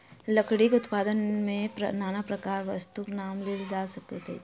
लकड़ीक उत्पाद मे नाना प्रकारक वस्तुक नाम लेल जा सकैत अछि